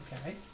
Okay